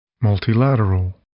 Multilateral